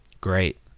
Great